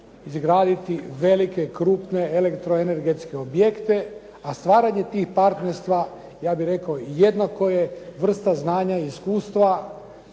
izgraditi velike krupne elektroenergetske objekte, a stvaranje tih partnerstva ja bih rekao jednako je vrsta znanja i iskustva